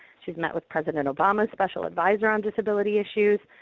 she has met with president obama's special advisor on disability issues,